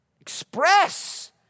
Express